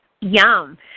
Yum